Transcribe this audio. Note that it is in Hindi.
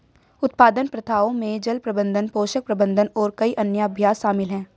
उत्पादन प्रथाओं में जल प्रबंधन, पोषण प्रबंधन और कई अन्य अभ्यास शामिल हैं